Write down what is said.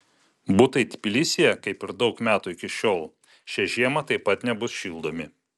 butai tbilisyje kaip ir jau daug metų iki šiol šią žiemą taip pat nebus šildomi